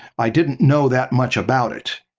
i didn't know that much about it.